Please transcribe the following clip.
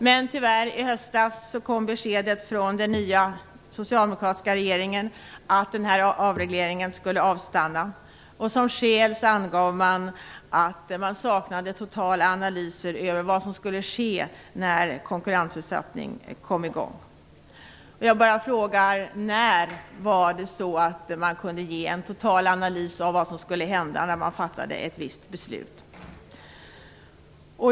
Men tyvärr kom i höstas beskedet från den nya socialdemokratiska regeringen att den här avregleringen skulle avstanna. Som skäl angav man att det saknades totala analyser av vad som skulle ske när konkurrensutsättningen kom i gång. Jag bara frågar: När var det så att man kunde göra en total analys av vad som skulle hända när man fattade ett visst beslut?